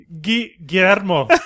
Guillermo